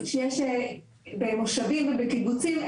במושבים ובקיבוצים,